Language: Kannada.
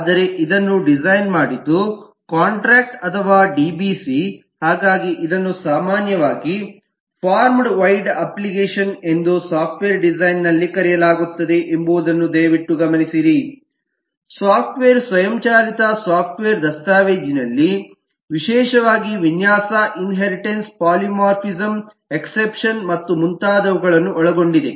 ಆದರೆ ಇದನ್ನು ಡಿಸೈನ್ ಮಾಡಿದ್ದು ಕಾಂಟ್ರಾಕ್ಟ್ ಅಥವಾ ಡಿಬಿಸಿ ಹಾಗಾಗಿ ಇದನ್ನು ಸಾಮಾನ್ಯವಾಗಿ ಫಾರ್ಮ್ಡ್ ವೈಡ್ ಅಪ್ಲಿಕೇಶನ್ ಎಂದು ಸಾಫ್ಟವೇರ್ ಡಿಸೈನ್ ನಲ್ಲಿ ಕರೆಯಲಾಗುತ್ತದೆ ಎಂಬುದನ್ನು ದಯವಿಟ್ಟು ಗಮನಿಸಿರಿ ಸಾಫ್ಟ್ವೇರ್ ಸ್ವಯಂಚಾಲಿತ ಸಾಫ್ಟ್ವೇರ್software ದಸ್ತಾವೇಜಿನಲ್ಲಿ ವಿಶೇಷವಾಗಿ ವಿನ್ಯಾಸ ಇನ್ಹೆರಿಟನ್ಸ್ ಪಾಲಿಮಾರ್ಫಿಸಮ್ ಎಕ್ಸೆಪ್ಷನ್ಸ್ ಮತ್ತು ಮುಂತಾದವುಗಳು ಒಳಗೊಂಡಿದೆ